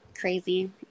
crazy